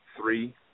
Three